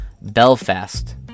Belfast